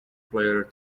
player